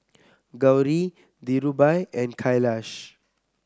Gauri Dhirubhai and Kailash